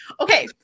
Okay